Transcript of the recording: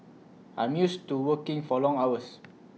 I'm used to working for long hours